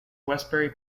westbury